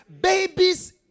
babies